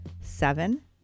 Seven